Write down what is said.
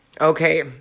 Okay